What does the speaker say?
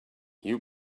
you